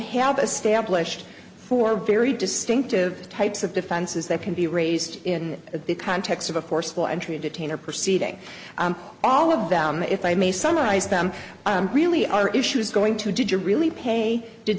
stablished for very distinctive types of defenses that can be raised in the context of a forceful entry detainer proceeding all of them if i may summarize them really are issues going to did you really pay did